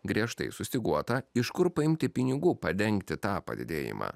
griežtai sustyguota iš kur paimti pinigų padengti tą padidėjimą